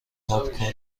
پاپ